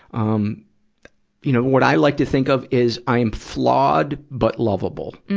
um you know, what i like to think of is i'm flawed, but lovable.